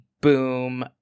boom